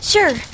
Sure